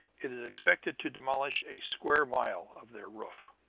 it is expected to demolish a square mile of their roof.